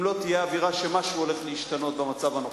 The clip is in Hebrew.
לא תהיה אווירה שמשהו הולך להשתנות במצב הנוכחי.